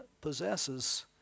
possesses